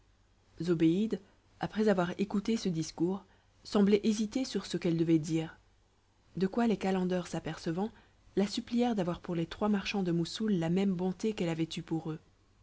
après avoir écouté ce discours semblait hésiter sur ce qu'elle devait dire de quoi les calenders s'apercevant la supplièrent d'avoir pour les trois marchands de moussoul la même bonté qu'elle avait eue pour eux